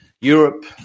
Europe